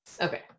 Okay